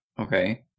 Okay